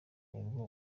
nibwo